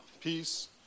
peace